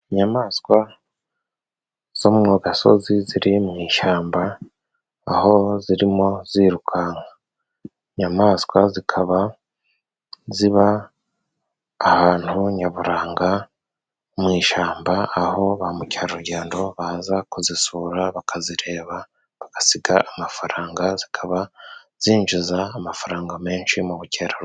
Inyamaswa zo mu gasozi ziri mu ishyamba, aho zirimo zirukanka. Inyamaswa zikaba ziba ahantu nyaburanga mu ishyamba, aho ba mukerarugendo baza kuzisura, bakazireba, bagasiga amafaranga. Zikaba zinjiza amafaranga menshi mu bukerarugendo.